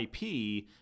IP